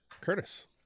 Curtis